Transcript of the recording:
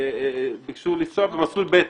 שביקשו לנסוע במסלול ב'.